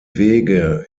wege